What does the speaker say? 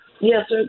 Yes